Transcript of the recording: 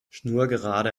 schnurgerade